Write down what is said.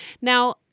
Now